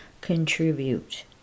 contribute